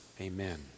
Amen